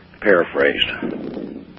Paraphrased